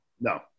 No